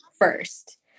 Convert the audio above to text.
first